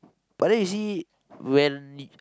but then you see when